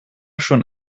schon